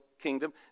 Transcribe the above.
kingdom